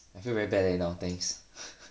I feel very bad leh now thanks